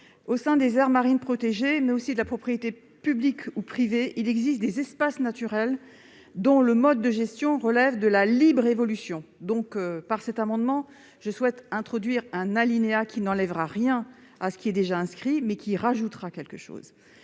Au sein du réseau des aires protégées, mais aussi de la propriété privée ou publique, il existe des espaces naturels dont le mode de gestion relève de la libre évolution. Par cet amendement, je souhaite introduire un alinéa qui n'enlèvera rien à ce qui figure déjà dans l'article, mais qui ajoutera quelque chose.